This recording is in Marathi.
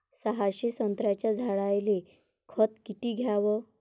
सहाशे संत्र्याच्या झाडायले खत किती घ्याव?